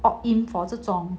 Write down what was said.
opt in for 这种